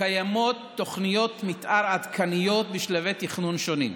קיימות תוכניות מתאר עדכניות בשלבי תכנון שונים.